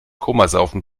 komasaufen